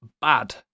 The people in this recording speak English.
bad